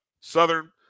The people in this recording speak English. Southern